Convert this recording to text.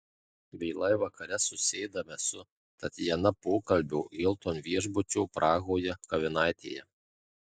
vėlai vakare susėdame su tatjana pokalbio hilton viešbučio prahoje kavinaitėje